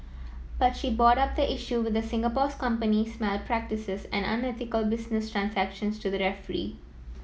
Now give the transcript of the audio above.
but she brought up the issue with Singapore company's malpractices and unethical business transactions to the referee